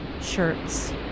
shirts